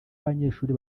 abanyeshuri